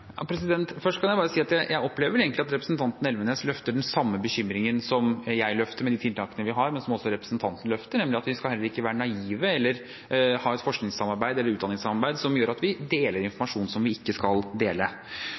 Først kan jeg bare si at jeg opplever vel egentlig at representanten Elvenes løfter den samme bekymringen som jeg løfter med de tiltakene vi har, og som også representanten løfter, nemlig at vi heller ikke skal være naive eller ha et forskningssamarbeid eller utdanningssamarbeid som gjør at vi deler informasjon vi ikke skal dele.